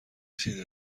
چیزی